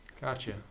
Gotcha